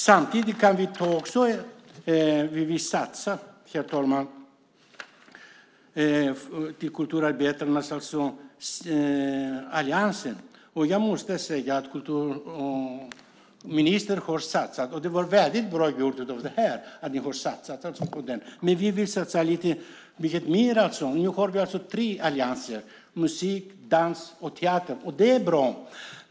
Samtidigt vill vi, herr talman, satsa på kulturallianserna. Jag måste erkänna att kulturministern har satsat på dem, vilket är mycket bra, men vi vill satsa lite mer. Nu har vi tre allianser - musik, dans och teater - och det är bra.